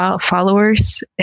followers